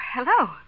Hello